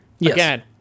again